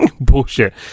Bullshit